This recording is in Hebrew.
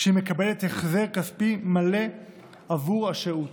כשהיא מקבלת החזר כספי מלא עבור השהות.